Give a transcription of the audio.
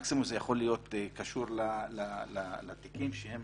מקסימום זה יכול להיות קשור לתיקים שהם